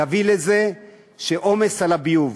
יביא לעומס על הביוב,